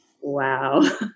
wow